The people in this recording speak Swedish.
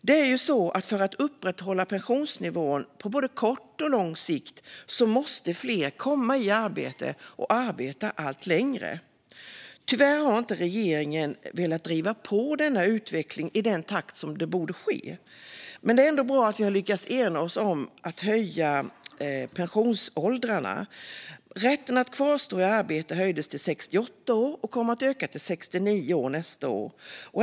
Det är ju så att för att upprätthålla pensionsnivåerna på både kort och lång sikt måste fler komma i arbete och arbeta allt längre. Tyvärr har inte regeringen velat driva på denna utveckling i den takt den borde ske. Men det är bra att vi har lyckats enas om att höja pensionsåldrarna. Rätten att kvarstå i arbete har höjts till 68 år och kommer att öka till 69 år nästa år.